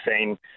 seen